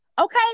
Okay